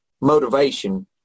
motivation